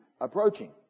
approaching